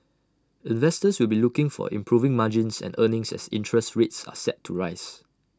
investors will be looking for improving margins and earnings as interest rates are set to rise